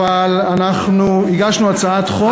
אבל אנחנו הגשנו הצעת חוק,